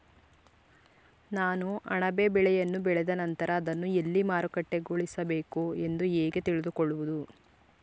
ನಾನು ಅಣಬೆ ಬೆಳೆಯನ್ನು ಬೆಳೆದ ನಂತರ ಅದನ್ನು ಎಲ್ಲಿ ಮಾರುಕಟ್ಟೆಗೊಳಿಸಬೇಕು ಎಂದು ಹೇಗೆ ತಿಳಿದುಕೊಳ್ಳುವುದು?